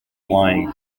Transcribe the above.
flying